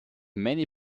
many